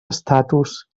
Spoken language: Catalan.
estatus